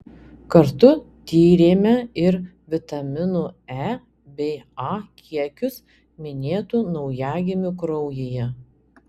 kartu tyrėme ir vitaminų e bei a kiekius minėtų naujagimių kraujyje